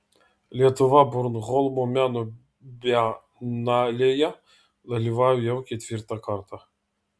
lietuva bornholmo meno bienalėje dalyvauja jau ketvirtą kartą